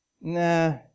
nah